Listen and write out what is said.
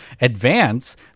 advance